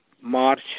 March